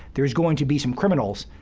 there's going to be some criminals.